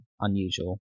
unusual